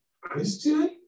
Christian